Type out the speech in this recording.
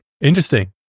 Interesting